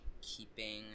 keeping